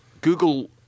Google